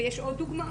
ויש עוד דוגמאות,